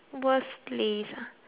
um